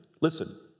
Listen